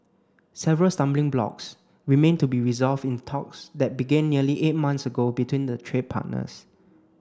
several stumbling blocks remain to be resolved in talks that began nearly eight months ago between the trade partners